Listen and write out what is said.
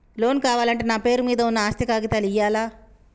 Loan కావాలంటే నా పేరు మీద ఉన్న ఆస్తి కాగితాలు ఇయ్యాలా?